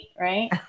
right